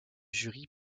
jury